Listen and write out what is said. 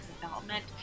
development